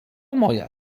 moja